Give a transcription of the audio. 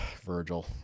Virgil